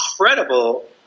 incredible